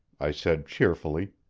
i said cheerfully,